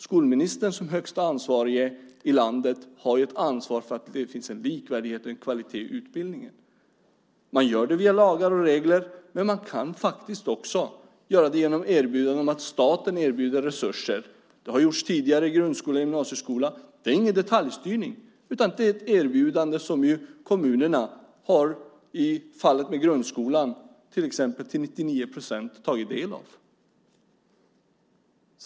Som högsta ansvariga i landet har skolministern ett ansvar för att det finns en likvärdighet och en kvalitet i utbildningen. Man gör det via lagar och regler, men man kan faktiskt också göra det genom att staten erbjuder resurser. Det har gjorts tidigare i grundskola och gymnasieskola. Det är ingen detaljstyrning, utan det är ett erbjudande som kommunerna till exempel i fallet med grundskolan till 99 % har tagit del av.